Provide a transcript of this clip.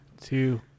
two